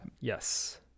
Yes